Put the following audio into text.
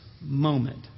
moment